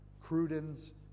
Cruden's